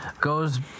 goes